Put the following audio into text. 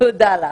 תודה לך.